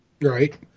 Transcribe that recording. Right